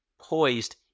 poised